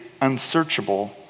unsearchable